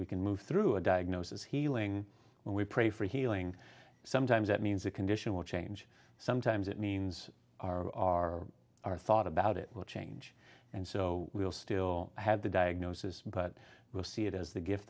we can move through a diagnosis healing when we pray for healing sometimes that means a condition will change sometimes it means our our our thought about it will change and so we'll still have the diagnosis but we'll see it as the gift